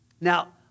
Now